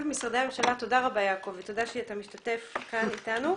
תודה רבה יעקב ותודה שאתה משתתף כאן אתנו.